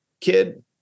kid